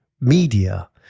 media